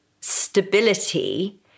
stability